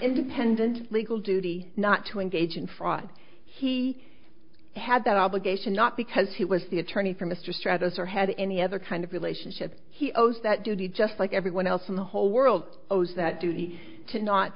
independent legal duty not to engage in fraud he had that obligation not because he was the attorney for mr stratus or had any other kind of relationship he owes that duty just like everyone else in the whole world owes that duty to not